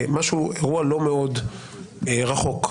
אירוע לא מאוד רחוק.